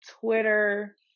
Twitter